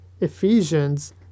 Ephesians